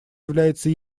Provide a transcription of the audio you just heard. является